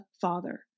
Father